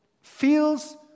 feels